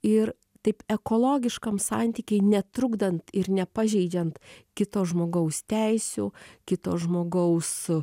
ir taip ekologiškam santyky netrukdant ir nepažeidžiant kito žmogaus teisių kito žmogaus